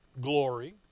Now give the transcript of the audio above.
glory